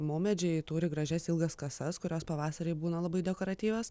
maumedžiai turi gražias ilgas kasas kurios pavasarį būna labai dekoratyvios